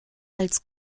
als